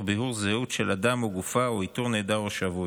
בירור זהות של אדם או גופה או איתור נעדר או שבוי.